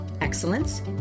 excellence